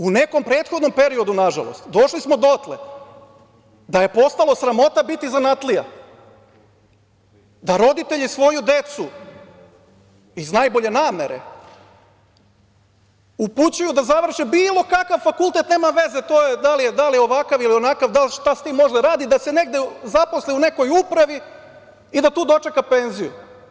U nekom prethodnom periodu, nažalost, došli smo dotle da je postalo sramota biti zanatlija, da roditelji svoju decu iz najbolje namere upućuju da završe bilo kakav fakultet, nema veze da li je ovakav ili onakav, šta sa time može da radi, da se negde zaposli u nekoj upravi i da tu dočeka penziju.